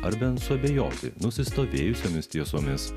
ar bent suabejoti nusistovėjusiomis tiesomis